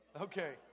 Okay